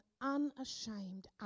unashamed